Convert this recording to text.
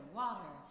water